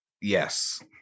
yes